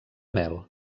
mel